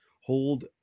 Hold